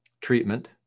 treatment